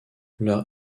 leur